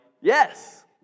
yes